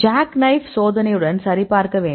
jack knife சோதனையுடன் சரிபார்க்க வேண்டும்